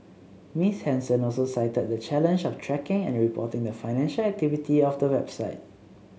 Miss Henson also cited the challenge of tracking and reporting the financial activity of the website